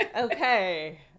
okay